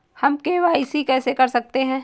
हम के.वाई.सी कैसे कर सकते हैं?